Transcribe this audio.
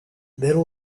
there